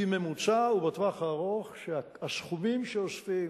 בממוצע ובטווח הארוך, שהסכומים שאוספים